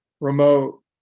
remote